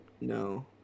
No